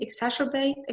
exacerbate